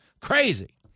Crazy